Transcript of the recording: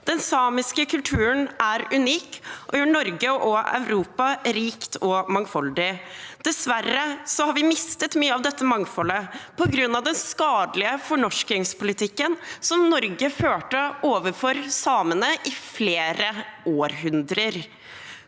Den samiske kulturen er unik og gjør Norge og Europa rikt og mangfoldig. Dessverre har vi mistet mye av dette mangfoldet på grunn av den skadelige fornorskingspolitikken som Norge førte overfor samene i flere